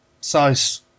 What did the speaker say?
size